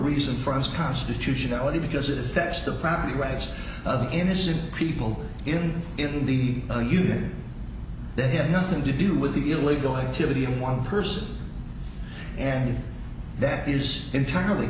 reason for his constitutionality because it effects the property rights of innocent people even in the union they had nothing to do with the illegal activity in one person and that is entirely